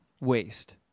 waste